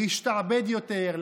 להשתעבד יותר,